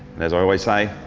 and as i always say,